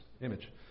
image